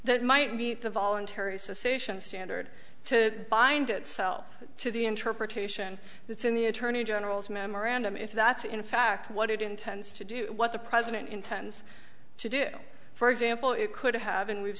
that might meet the voluntary association standard to bind itself to the interpretation that's in the attorney general's memorandum if that's in fact what it intends to do what the president intends to do for example it could have and we've